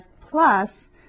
plus